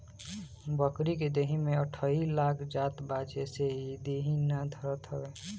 बकरी के देहि में अठइ लाग जात बा जेसे इ देहि ना धरत हवे